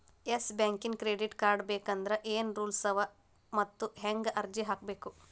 Yes ಬ್ಯಾಂಕಿನ್ credit card ಬೇಕಂದ್ರ ಏನ್ ರೂಲ್ಸವ ಮತ್ತ್ ಹೆಂಗ್ ಅರ್ಜಿ ಹಾಕ್ಬೇಕ?